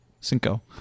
Cinco